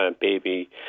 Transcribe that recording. baby